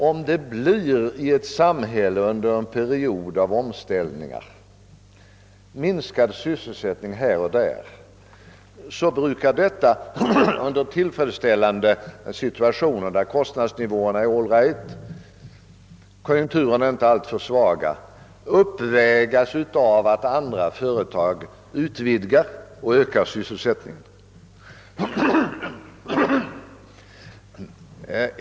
Om vi under en period av omställningar får minskad sysselsättning här och där i samhället, så brukar detta i en tillfredsställande situation, då kostnadsnivåerna är all right och konjunkturerna inte alltför svaga, uppvägas av att andra företag ut vidgas och ökar sysselsättningen.